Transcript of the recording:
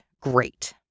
great